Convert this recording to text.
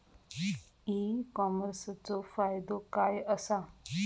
E कॉमर्सचो फायदो काय असा?